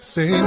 Say